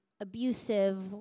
abusive